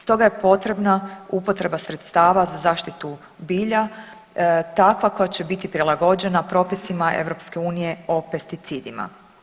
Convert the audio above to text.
Stoga je potrebna upotreba sredstava za zaštitu bilja takva koja će biti prilagođena propisima EU o pesticidima.